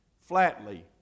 flatly